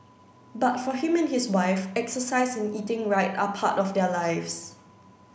but for him and his wife exercise and eating right are part of their lives